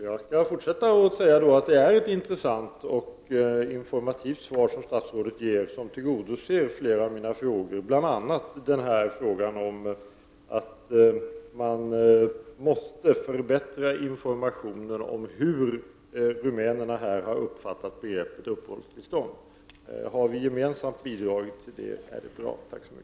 Herr talman! Statsrådet ger ett intressant och informativt svar som klarar flera av mina frågor, bl.a. frågan om att man måste förbättra informationen om hur rumänerna har uppfattat begreppet uppehållstillstånd. Om vi gemensamt har bidragit till detta här i dag, är det bra. Tack så mycket!